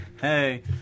hey